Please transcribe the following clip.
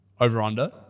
over-under